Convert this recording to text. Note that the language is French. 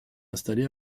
installé